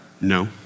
no